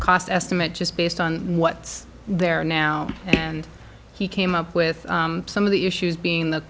cost estimate just based on what's there now and he came up with some of the issues being the